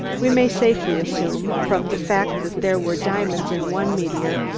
we may safely assume, from the fact that there were diamonds in one meteor,